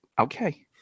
Okay